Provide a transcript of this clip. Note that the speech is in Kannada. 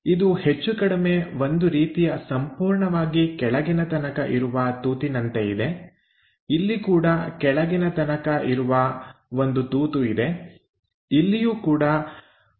ಇದು ಹೆಚ್ಚು ಕಡಿಮೆ ಒಂದು ರೀತಿಯ ಸಂಪೂರ್ಣವಾಗಿ ಕೆಳಗಿನ ತನಕ ಇರುವ ರಂಧ್ರದಂತೆ ಇದೆ ಇಲ್ಲಿ ಕೂಡ ಕೆಳಗಿನ ತನಕ ಇರುವ ಒಂದು ರಂಧ್ರ ಇದೆ ಇಲ್ಲಿಯೂ ಕೂಡ ಒಂದು ಇದೇ ರೀತಿಯ ರಂಧ್ರ ಇದೆ